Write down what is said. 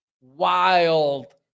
wild